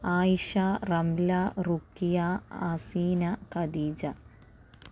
Ayisha Ramla Rukhiya Haseena Khadija